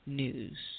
news